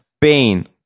pain